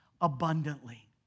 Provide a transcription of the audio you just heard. abundantly